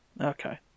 Okay